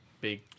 big